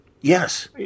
yes